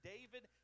David